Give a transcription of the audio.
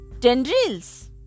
tendrils